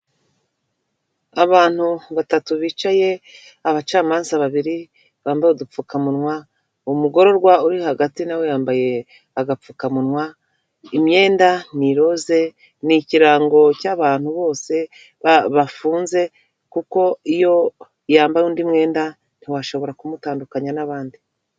Abantu batatu bicaye abacamanza babiri bambaye udupfukamunwa, umugororwa uri hagati nawe yambaye agapfukamunwa, imyenda ni iroze ni ikirango cy'abantu bose bafunze, kuko iyo yambaye undi mwenda ntiwashobora kumutandukanya n'abandi.